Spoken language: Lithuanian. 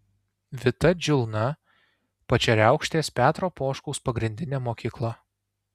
vita džiulna pačeriaukštės petro poškaus pagrindinė mokykla